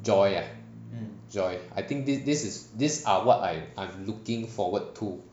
joy ah joy I think this is these are what I I'm looking forward to